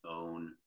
own